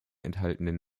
enthaltenen